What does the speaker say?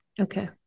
Okay